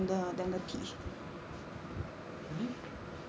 really